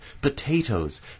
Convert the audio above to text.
potatoes